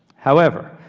however,